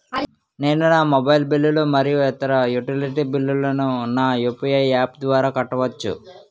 నేను నా మొబైల్ బిల్లులు మరియు ఇతర యుటిలిటీ బిల్లులను నా యు.పి.ఐ యాప్ ద్వారా కట్టవచ్చు